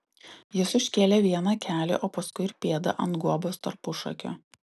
jis užkėlė vieną kelį o paskui ir pėdą ant guobos tarpušakio